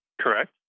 Correct